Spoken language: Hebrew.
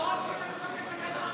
גם פה רוצים, את התקנון?